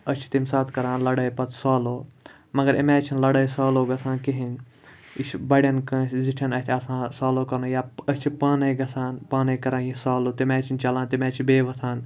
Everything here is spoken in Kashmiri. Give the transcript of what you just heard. أسۍ چھِ تمہِ ساتہٕ کَران لَڑٲے پَتہٕ سالوٗ مگر امہِ آے چھِنہٕ لَڑٲے سالُو گژھان کِہیٖنۍ یہِ چھِ بَڑٮ۪ن کٲنٛسہِ زِٹھٮ۪ن اَتھِ آسان سالوٗ کَرُن یا أسۍ چھِ پانَے گژھان پانَے کَران یہِ سالوٗ تمہِ آے چھِنہٕ چَلان تمہِ آے چھِ بیٚیہِ وۄتھان